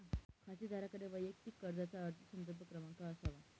खातेदाराकडे वैयक्तिक कर्जाचा अर्ज संदर्भ क्रमांक असावा